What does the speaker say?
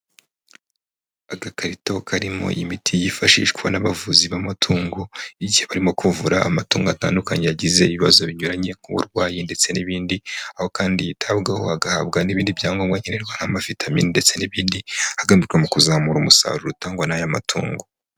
Agakarito karimo imiti yifashishwa n'abavuzi b'amatungo igihe barimo kuvura amatungo atandukanye yagize ibibazo binyuranye ku burwayi ndetse n'ibindi, aho kandi yitabwaho agahabwa n'ibindi byangombwa nkenerwa ama vitamin ndetse n'ibindi, hagamijwe kuzamura umusaruro utangwa n'aya matungo.